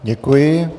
Děkuji.